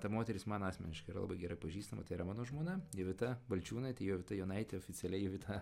ta moteris man asmeniškai yra labai gerai pažįstama tai yra mano žmona jovita balčiūnaitė jovita jonaitė oficialiai jovita